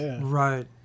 right